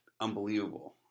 unbelievable